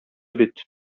бит